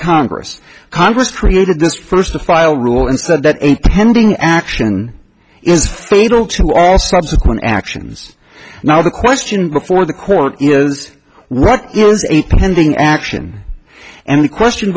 congress congress created this first to file rule and said that a pending action is fatal to all subsequent actions now the question before the court is what is a pending action and the question